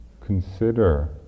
consider